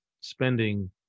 spending